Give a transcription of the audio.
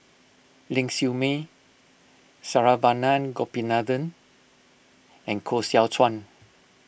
Ling Siew May Saravanan Gopinathan and Koh Seow Chuan